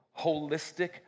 holistic